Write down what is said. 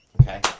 Okay